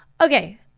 Okay